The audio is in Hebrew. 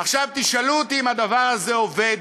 עכשיו, תשאלו אותי אם הדבר הזה עובד.